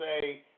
say